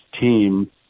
team